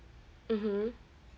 mmhmm